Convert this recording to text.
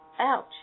ouch